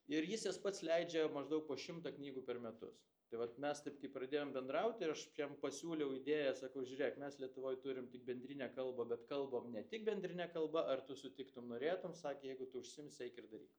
ir jis jas pats leidžia maždaug po šimtą knygų per metus tai vat mes taip kaip pradėjom bendrauti aš jam pasiūliau idėją sakau žiūrėk mes lietuvoj turim tik bendrine kalba bet kalbam ne tik bendrine kalba ar tu sutiktum norėtum sakė jeigu tu užsiimsi eik ir daryk